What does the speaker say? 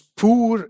poor